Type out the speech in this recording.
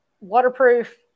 waterproof